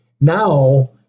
now